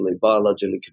biologically